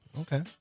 Okay